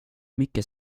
mycket